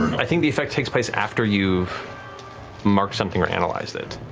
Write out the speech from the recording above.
i think the effect takes place after you've marked something or analyzed it.